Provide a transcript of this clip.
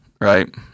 right